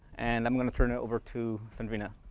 and i'm gonna turn over to sondrina.